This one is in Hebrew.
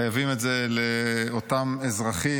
חייבים את זה לאותם אזרחים,